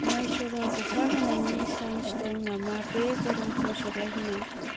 माइसराव अखा हानायनि चान्स दङ नामा बे गरमखौ सुग्लायहोनो